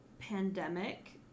pandemic